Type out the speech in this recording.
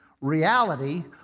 reality